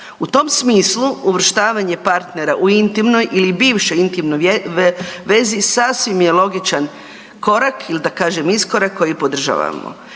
U tom smislu uvrštavanje partnera u intimnoj ili bivšoj intimnoj vezi sasvim je logičan korak ili da kažem iskorak koji podržavamo.